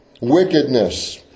Wickedness